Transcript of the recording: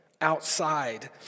outside